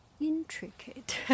intricate